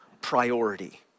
priority